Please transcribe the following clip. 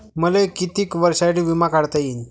मले कितीक वर्षासाठी बिमा काढता येईन?